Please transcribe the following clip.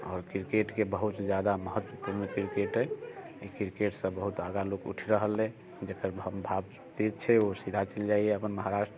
आओर क्रिकेटके बहुत जादा महत्व क्रिकेट अइ ई क्रिकेट से बहुत जादा लोग उठि रहल अइ जेकर भाग तेज छै ओ सीधा चलि जाइया अपन महाराष्ट्र